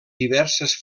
diverses